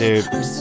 Dude